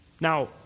Now